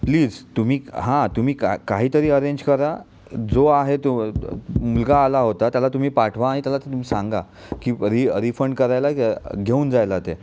please तुम्ही हां तुम्ही का काहीतरी अरेंज करा जो आहे तो मुलगा आला होता त्याला तुम्ही पाठवा आणि त्याला तुम्ही सांगा की री रीफंड करायला घेऊन जायला ते